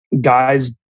guys